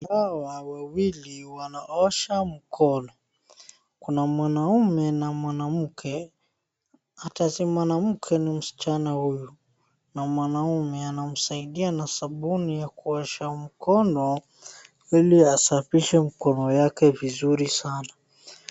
Hawa wawili wanaosha mkono. Kuna mwanaume na mwanamke, Hata si mwanamke ni msichana huyu. Na mwanaume anamsaidia na sabuni ya kuosha mkono ili asafishe mkono yake vizuri sana.